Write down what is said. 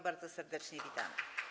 Bardzo serdecznie witamy.